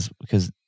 because-